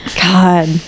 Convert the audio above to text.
God